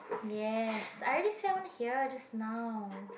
yes I already said I wanna hear just now